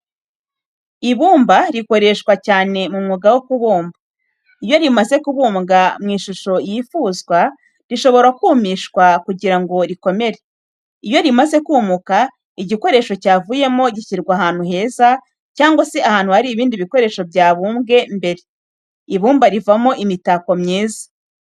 Ibumba rikoreshwa cyane mu mwuga wo kubumba. Iyo rimaze kubumbwa mu ishusho yifuzwa, rishobora kumishwa kugira ngo rikomere. Iyo rimaze kumuka, igikoresho cyavuyemo gishyirwa ahantu heza, cyangwa se ahantu hari ibindi bikoresho byabumbwe mbere. Ibumba rivamo imitako myiza.